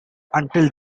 until